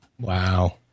Wow